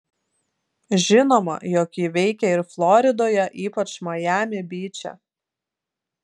žinoma jog ji veikia ir floridoje ypač majami byče